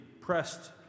pressed